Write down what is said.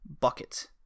bucket